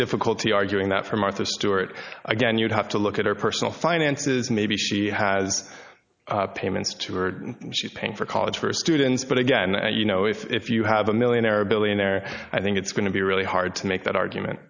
difficulty arguing that for martha stewart again you'd have to look at her personal finances maybe she has payments to her and she's paying for college for students but again you know if if you have a millionaire or a billionaire i think it's going to be really hard to make that argument